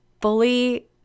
fully